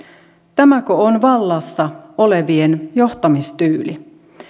tämäkö on vallassa olevien johtamistyyli